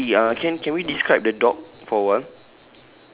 wait wait we are can can we describe the dog for a while